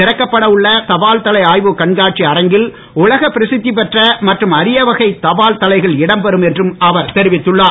இறக்கப்பட உள்ள தபால்தலை ஆய்வு கண்காட்சி அரங்கை உலக பிரஸ்திப் பெற்ற மற்றும் அரியவகை தபால் தலைகள் இடம் பெறும் என்று அவர் தெரிவித்துள்ளார்